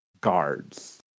guards